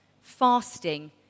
Fasting